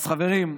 חברים,